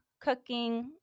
cooking